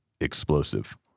explosive